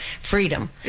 freedom